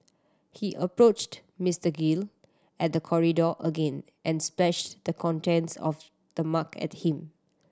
he approached Mister Gill at the corridor again and splashed the contents of the mug at him